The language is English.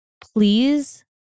please